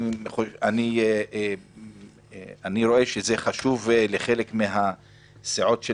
אני רואה שהחוק חשוב לחלק מהסיעות של